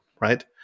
right